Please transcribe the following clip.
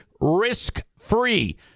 risk-free